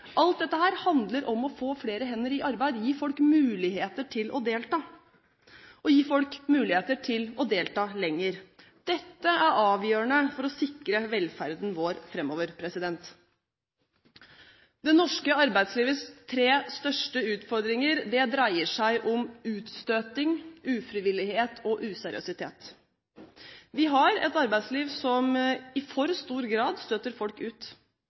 Alt dette handler om å få flere hender i arbeid, å gi folk muligheter til å delta og å gi folk muligheter til å delta lenger. Dette er avgjørende for å sikre velferden vår framover. Det norske arbeidslivets tre største utfordringer dreier seg om utstøting, ufrivillighet og useriøsitet. Vi har et arbeidsliv som i for stor grad støter folk ut.